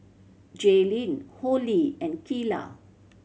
Jaylin Holli and Keila